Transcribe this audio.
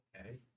Okay